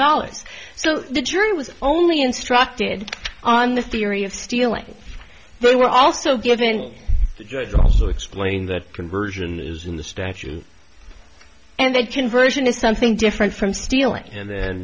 dollars so the jury was only instructed on the theory of stealing they were also given us also explain that conversion is in the statute and the conversion is something different from stealing and then